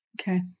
Okay